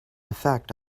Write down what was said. effect